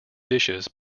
dishes